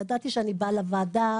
ידעתי שאני באה לוועדה,